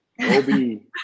Obi